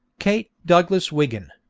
kate douglas wiggin.